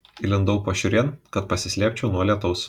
įlindau pašiūrėn kad pasislėpčiau nuo lietaus